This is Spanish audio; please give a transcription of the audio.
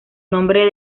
nombre